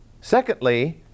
Secondly